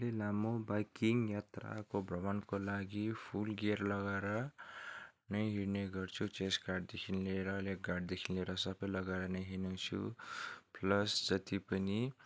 मैले लामो बाइकिङ यात्राको भ्रमणको लागि फुल ग्यर लगाएर नै हिँड्ने गर्छु चेस्ट गार्डदेखि लिएर लेग गार्डदेखि लिएर सबै लगाएर हिँड्नेछु प्लस जति पनि